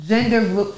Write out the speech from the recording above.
Gender